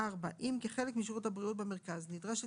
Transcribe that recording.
(4)אם כחלק משירות הבריאות במרכז נדרשת